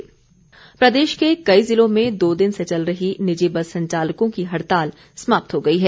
हुड़ताल प्रदेश के कई जिलों में दो दिनों से चल रही निजी बस संचालकों की हड़ताल समाप्त हो गई है